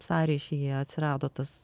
sąryšyje atsirado tas